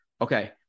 Okay